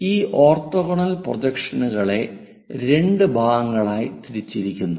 ഈ ഓർത്തോഗണൽ പ്രൊജക്ഷനുകളെ രണ്ട് ഭാഗങ്ങളായി തിരിച്ചിരിക്കുന്നു